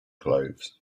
clothes